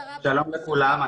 שלום לכולם.